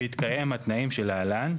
בהתקיים בתנאים שלהלן,